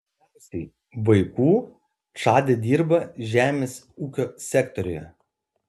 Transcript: daugiausiai vaikų čade dirba žemės ūkio sektoriuje